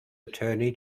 attorney